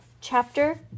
Chapter